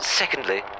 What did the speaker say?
secondly